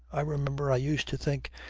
i remember i used to think,